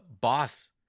boss